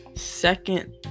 second